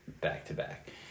back-to-back